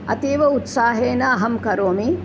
अतीव उत्साहेन अहं करोमि